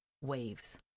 waves